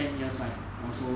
ten years right or so